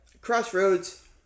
Crossroads